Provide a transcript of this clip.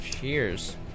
Cheers